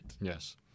Yes